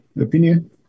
opinion